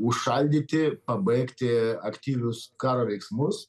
užšaldyti pabaigti aktyvius karo veiksmus